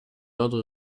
ordre